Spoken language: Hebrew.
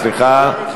סליחה.